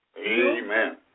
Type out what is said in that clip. Amen